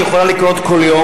שיכולה לקרות כל יום,